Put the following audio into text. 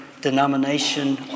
denomination